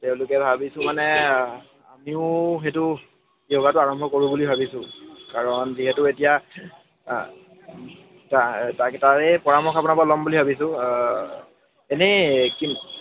তেওঁলোকে ভাবিছোঁ মানে আমিও সেইটো য়ৌগাটো আৰম্ভ কৰোঁ বুলি ভাবিছোঁ কাৰণ যিহেতু এতিয়া তাক তাৰে পৰামৰ্শ আপোনাৰ পৰা ল'ম বুলি ভাবিছোঁ এনেই কি